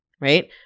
right